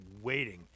waiting